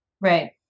Right